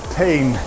pain